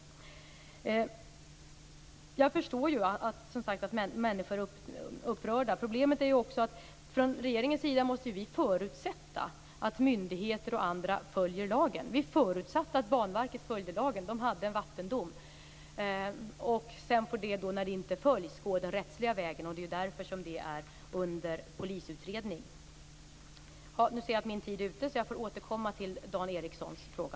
Jag förstår att människor är upprörda. Problemet är att vi från regeringens sida måste förutsätta att myndigheter och andra följer lagen. Vi förutsatte att Banverket följde lagen. De hade en vattendom. När lagen inte följs får man gå den rättsliga vägen, och det är därför ärendet är föremål för polisutredning. Jag ser att min taletid är ute, så jag får återkomma till Dan Ericssons fråga.